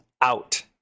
out